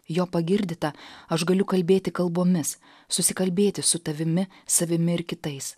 jo pagirdyta aš galiu kalbėti kalbomis susikalbėti su tavimi savimi ir kitais